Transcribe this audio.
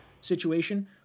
situation